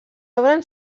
obren